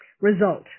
result